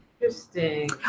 Interesting